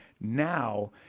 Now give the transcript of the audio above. now